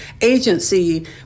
Agency